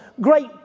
great